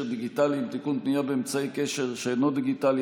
דיגיטליים (תיקון) (פנייה באמצעי קשר שאינו דיגיטלי),